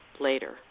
later